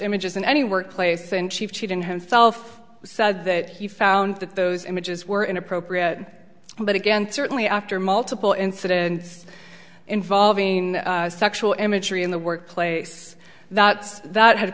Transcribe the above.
images in any workplace and she cheatin himself said that he found that those images were inappropriate but again certainly after multiple incidents involving sexual imagery in the workplace that that had